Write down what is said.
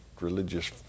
religious